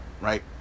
right